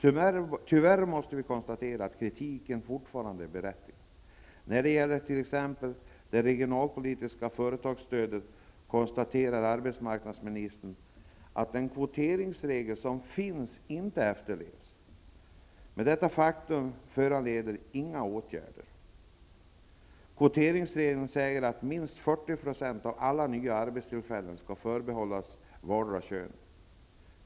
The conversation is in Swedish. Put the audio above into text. Tyvärr måste vi konstatera att den kritiken fortfarande är berättigad. När det gäller t.ex. det regionalpolitiska företagsstödet konstaterar arbetsmarknadsministern att den kvoteringsregel som finns inte efterlevs. Men detta faktum föranleder inga åtgärder. Kvoteringsregeln säger att minst 40 % av alla nya arbetstillfällen skall förbehållas vardera könet.